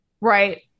Right